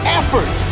effort